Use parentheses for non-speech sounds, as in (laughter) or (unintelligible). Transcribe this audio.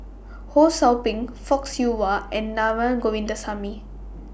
Ho SOU Ping Fock Siew Wah and (unintelligible) Govindasamy